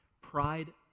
pride